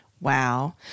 Wow